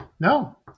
No